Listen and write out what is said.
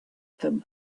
them